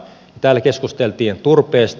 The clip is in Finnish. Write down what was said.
täällä keskusteltiin turpeesta